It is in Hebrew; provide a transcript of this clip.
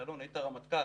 יעלון, היית רמטכ"ל,